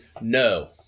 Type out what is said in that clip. no